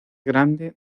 grande